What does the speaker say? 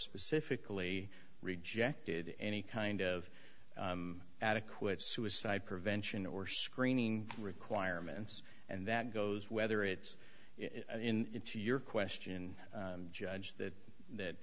specifically rejected any kind of adequate suicide prevention or screening requirements and that goes whether it's in to your question judge that that